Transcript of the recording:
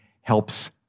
helps